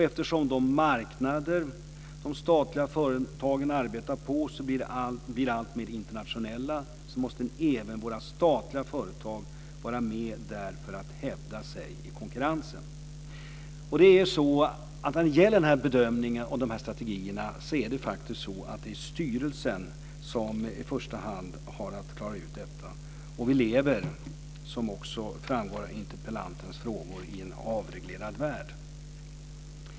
Eftersom de marknader de statliga företagen arbetar på blir alltmer internationella måste även våra statliga företag vara med där för att hävda sig i konkurrensen. När det gäller den här bedömningen och de här strategierna är det faktiskt styrelsen som i första hand har att klara ut detta. Vi lever ju, vilket också framgår av interpellantens frågor, i en avreglerad värld.